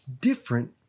different